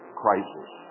crisis